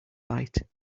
bite